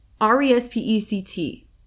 r-e-s-p-e-c-t